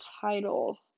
title